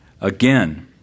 Again